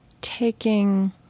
taking